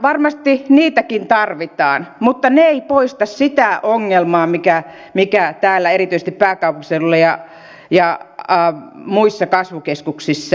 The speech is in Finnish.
varmasti niitäkin tarvitaan mutta ne eivät poista sitä ongelmaa mikä erityisesti täällä pääkaupunkiseudulla ja muissa kasvukeskuksissa on